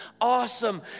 awesome